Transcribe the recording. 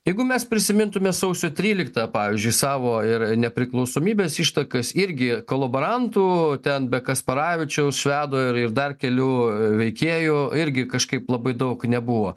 jeigu mes prisimintume sausio tryliktą pavyzdžiui savo ir nepriklausomybės ištakas irgi kolaborantų ten be kasparavičiaus švedo ir ir dar kelių veikėjų irgi kažkaip labai daug nebuvo